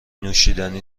نوشیدنی